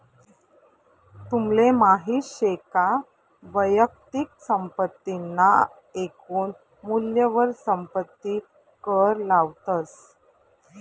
तुमले माहित शे का वैयक्तिक संपत्ती ना एकून मूल्यवर संपत्ती कर लावतस